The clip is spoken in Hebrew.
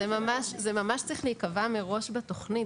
זה ממש צריך להיקבע מראש בתוכנית,